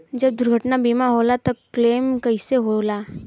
जब दुर्घटना बीमा होला त क्लेम कईसे होला?